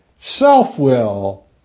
self-will